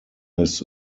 his